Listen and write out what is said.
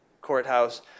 Courthouse